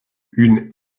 une